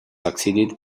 succeeded